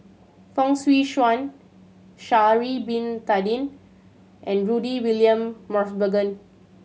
Fong Swee Suan Sha'ari Bin Tadin and Rudy William Mosbergen